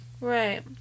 Right